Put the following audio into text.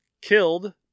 killed